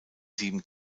sieben